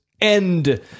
end